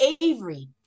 avery